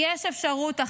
יש אפשרות אחרת.